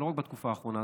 ולא רק בתקופה האחרונה,